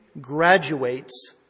graduates